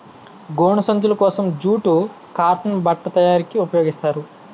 గోను సంచులు కోసం జూటు కాటన్ బట్ట తయారీకి ఉపయోగిస్తారు